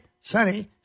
sunny